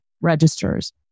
registers